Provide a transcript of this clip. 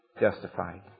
justified